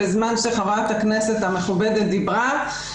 בזמן שחברת הכנסת המכובדת דיברה.